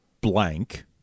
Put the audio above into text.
blank